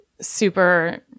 super